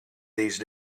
these